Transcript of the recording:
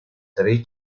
tres